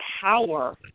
power